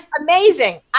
amazing